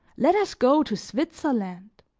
let us go to switzerland!